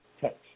text